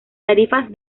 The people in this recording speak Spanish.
tarifas